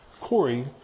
Corey